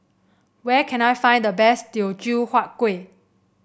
where can I find the best Teochew Huat Kueh